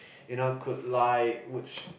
you know could like which